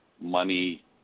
money